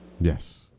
Yes